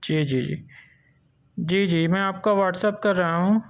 جی جی جی جی جی میں آپ کو واٹس اپ کر رہا ہوں